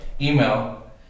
email